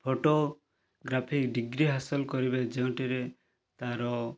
photography degree ହାସଲ କରିବେ ଯେଉଁଥିରେ ତା'ର